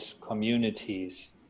communities